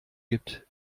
gibt